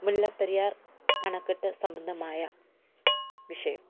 മുല്ലപ്പെരിയാർ അണക്കെട്ട് സംബന്ധമായ വിഷയം